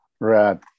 Right